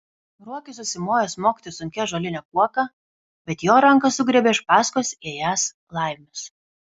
ruokis užsimojo smogti sunkia ąžuoline kuoka bet jo ranką sugriebė iš paskos ėjęs laimis